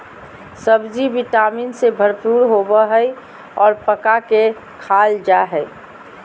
सब्ज़ि vitamin से भरपूर होबय हइ और पका के खाल जा हइ